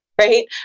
right